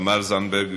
תמר זנדברג,